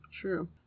True